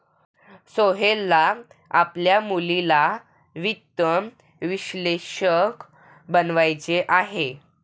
सोहेलला आपल्या मुलीला वित्त विश्लेषक बनवायचे आहे